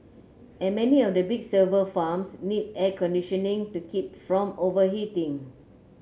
and many of the big server farms need air conditioning to keep from overheating